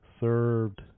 served